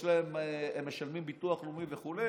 והם משלמים ביטוח לאומי וכו',